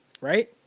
right